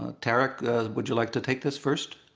ah tarek would you like to take this first?